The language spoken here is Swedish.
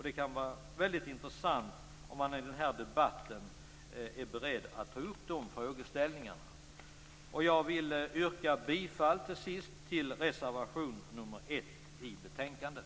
Det vore intressant om man i den här debatten tog upp dessa frågeställningar. Till sist vill jag yrka bifall till reservation nr 1 i betänkandet.